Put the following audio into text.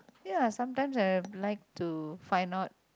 ya sometimes I'll like to find out